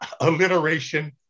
alliteration